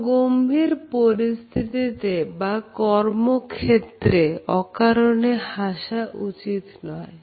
কোন গম্ভীর পরিস্থিতিতে বা কর্মক্ষেত্রে অকারনে হাসা উচিত নয়